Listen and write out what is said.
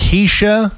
Keisha